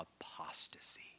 apostasy